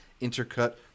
Intercut